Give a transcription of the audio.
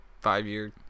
five-year